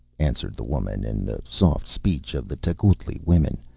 answered the woman in the soft speech of the tecuhltli women,